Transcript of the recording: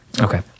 Okay